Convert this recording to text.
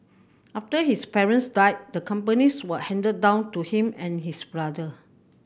after his parents died the companies were handed down to him and his brother